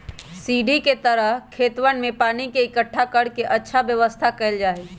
सीढ़ी के तरह खेतवन में पानी के इकट्ठा कर के अच्छा व्यवस्था कइल जाहई